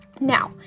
Now